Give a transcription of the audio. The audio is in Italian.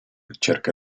cerca